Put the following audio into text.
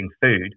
food